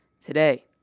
Today